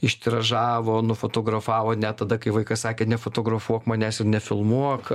ištiražavo nufotografavo net tada kai vaikas sakė nefotografuok manęs ir nefilmuok